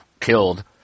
killed